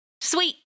Sweet